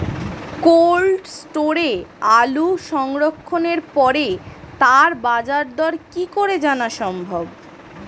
Cold স্টোরে আলু সংরক্ষণের পরে তার বাজারদর কি করে জানা সম্ভব?